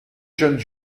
jeunes